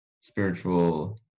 spiritual